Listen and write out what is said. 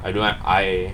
I don't I